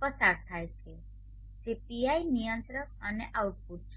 પસાર થાય છે જે પીઆઇ નિયંત્રક અને આઉટપુટ છે